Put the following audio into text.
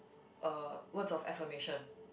uh words of affirmation